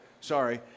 Sorry